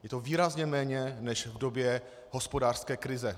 Je to výrazně méně než v době hospodářské krize.